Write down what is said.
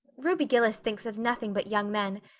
ruby gillis thinks of nothing but young men,